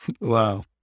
Wow